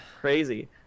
crazy